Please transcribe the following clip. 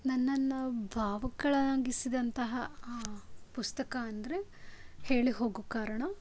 ನನ್ನನ್ನು ಭಾವುಕಳಾಗಿಸಿದಂತಹ ಪುಸ್ತಕ ಅಂದರೆ ಹೇಳಿ ಹೋಗು ಕಾರಣ